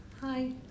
Hi